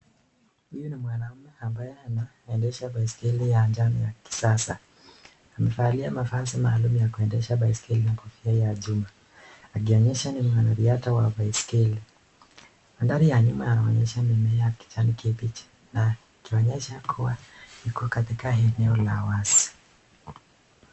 Huyu ni mwanamume ambaye anaendesha baiskeli ya njano ya kisasa. Amevalia mavazi maalum ya kuendesha baiskeli na kofia ya chuma, akionyesha ni mwanariadha wa baiskeli. Mandhari ya nyuma yaonyesha mimea ya kijani kibichi na ikionyesha kuwa yuko katika eneo la wazi.